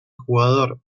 jugador